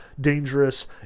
dangerous